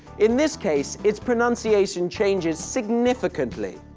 in this case, its pronunciation changes significantly.